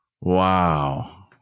wow